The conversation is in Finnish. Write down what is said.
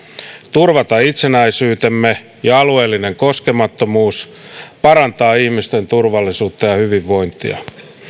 turvata itsenäisyytemme ja alueellinen koskemattomuus parantaa ihmisten turvallisuutta ja hyvinvointia